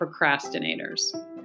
procrastinators